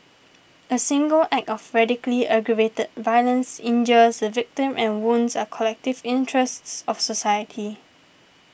a single act of racially aggravated violence injures the victim and wounds are collective interests of society